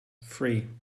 free